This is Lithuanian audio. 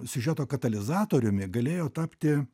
siužeto katalizatoriumi galėjo tapti